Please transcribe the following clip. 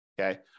Okay